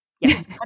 Yes